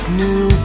new